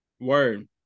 Word